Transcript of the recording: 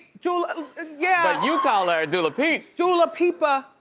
dula yeah you call her dula peep. dula peepa.